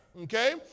Okay